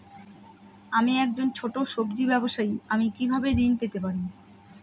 আমি একজন ছোট সব্জি ব্যবসায়ী আমি কিভাবে ঋণ পেতে পারি?